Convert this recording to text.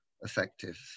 effective